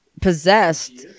possessed